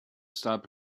stop